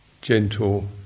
gentle